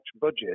budget